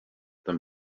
them